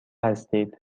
هستید